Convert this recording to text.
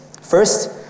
First